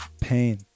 pain